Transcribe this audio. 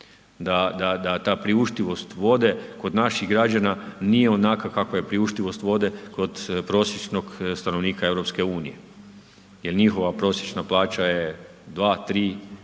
da ta priuštivost vode kod naših građana nije onakva kakva je priuštivost vode kod prosječnog stanovnika EU jer njihova prosječna plaća će 2, 3